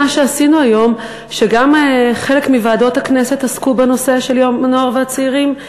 מה שעשינו היום: גם חלק מוועדות הכנסת עסקו בנושא של נוער וצעירים,